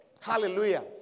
Hallelujah